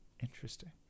Interesting